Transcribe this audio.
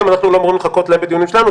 אנחנו לא אמורים לחכות להם בדיונים שלנו.